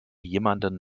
jemanden